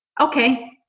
Okay